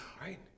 right